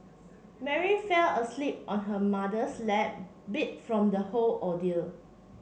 Mary fell asleep on her mother's lap beat from the whole ordeal